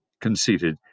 conceited